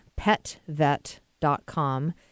petvet.com